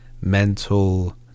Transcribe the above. mental